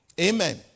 Amen